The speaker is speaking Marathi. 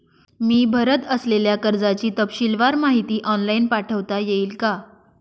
मी भरत असलेल्या कर्जाची तपशीलवार माहिती ऑनलाइन पाठवता येईल का?